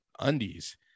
undies